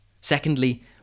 secondly